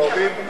מהורים,